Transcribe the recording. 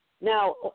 Now